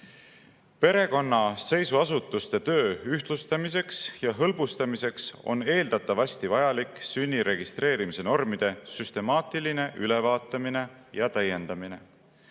"Perekonnaseisuasutuste töö ühtlustamiseks ja hõlbustamiseks on eeldatavasti vajalik sünni registreerimise normide süstemaatiline ülevaatamine ja täiendamine.